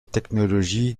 technologie